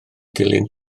dilyn